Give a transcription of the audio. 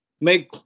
make